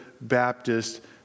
Baptist